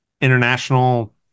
international